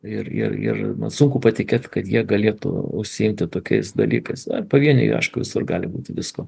ir ir man sunku patikėt kad jie galėtų užsiimti tokiais dalykais ar pavieniai aišku visko gali būti visko